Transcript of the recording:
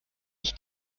ich